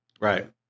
Right